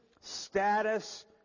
status